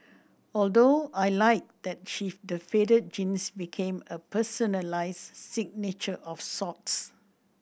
although I liked that the faded jeans became a personalized signature of sorts